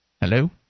Hello